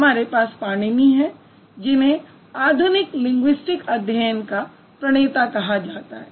हमारे पास पाणिनी हैं जिन्हें आधुनिक लिंगुइस्टिक अध्ययन का प्रणेता कहा जाता है